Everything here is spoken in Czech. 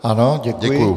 Ano, děkuji.